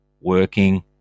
working